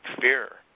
fear